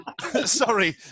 Sorry